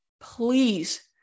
please